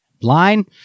line